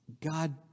God